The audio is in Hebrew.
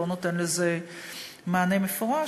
לא נותן לזה מענה מפורש.